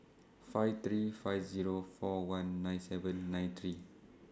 five three five Zero four one nine seven nine three